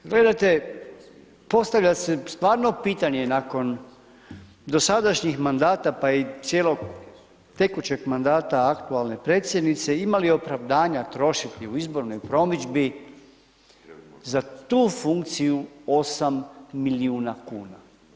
Gledajte, postavlja se stvarno pitanje nakon dosadašnjih mandata, pa i cijelog tekućeg mandata aktualne predsjednice, ima li opravdanja trošiti u izbornoj promidžbi za tu funkciju 8 milijuna kuna?